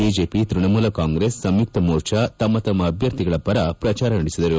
BJP Trinamool Congress Sanyukta Morcha ತಮ್ಮ ತಮ್ಮ ಅಭ್ಯರ್ಥಿಗಳ ಪರ ಪ್ರಚಾರ ನಡೆಸಿದರು